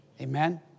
Amen